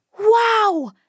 Wow